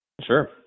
Sure